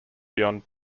beyond